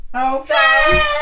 Okay